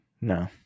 No